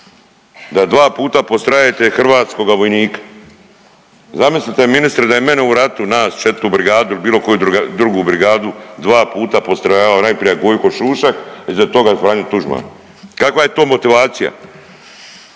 da dva puta postrajete hrvatskoga vojnika. Zamislite ministre da je mene u ratu nas 4. brigadu ili bilo koju drugu brigadu dva puta postrojavao najprije Gojko Šušak, a iza toga i Franjo Tuđman. Kakva je to motivacija?